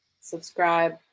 subscribe